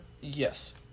Yes